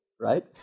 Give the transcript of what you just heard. right